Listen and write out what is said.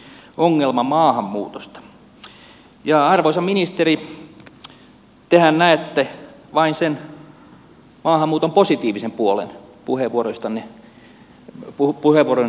arvoisa ministeri tehän näette vain sen maahanmuuton positiivisen puolen puheenvuorojenne perusteella